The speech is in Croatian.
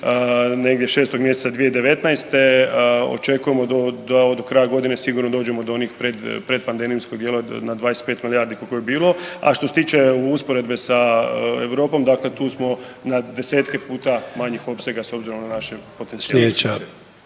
negdje 6. mjeseca 2019., očekujemo da do kraja godine sigurno do onih pred pandemijskog dijela na 25 milijardi koliko je bilo. A što se tiče usporedbe sa Europom tu smo na desetke puta manjih opsega s obzorom na naše potencijale.